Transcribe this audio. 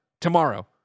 tomorrow